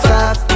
Five